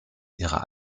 ihrer